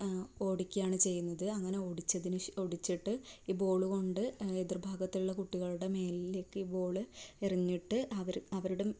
ഓടിക്കുകയാണ് ചെയ്യുന്നത് അങ്ങനെ ഓടിച്ചതിന് ഓടിച്ചിട്ട് ഈ ബോളു കൊണ്ട് എതിർഭാഗത്തുള്ള കുട്ടികളുടെ മേലിലേക്ക് ഈ ബോള് എറിഞ്ഞിട്ട് അവര് അവരുടെ